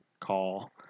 call